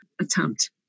attempt